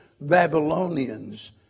Babylonians